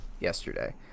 yesterday